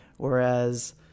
Whereas